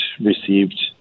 received